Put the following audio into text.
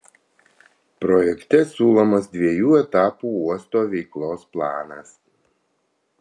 projekte siūlomas dviejų etapų uosto veiklos planas